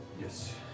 Yes